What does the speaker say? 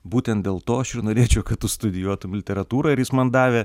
būtent dėl to aš ir norėčiau kad tu studijuotum literatūrą ir jis man davė